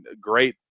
great